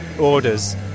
orders